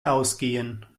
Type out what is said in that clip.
ausgehen